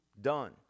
Done